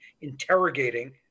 interrogating